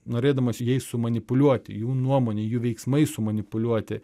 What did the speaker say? norėdamas jais sumanipuliuoti jų nuomone jų veiksmais sumanipuliuoti